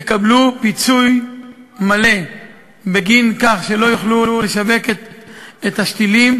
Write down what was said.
יקבלו פיצוי מלא בגין כך שלא יוכלו לשווק את השתילים,